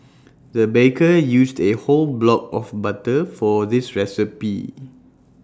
the baker used A whole block of butter for this recipe